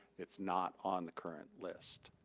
it's not on the current list.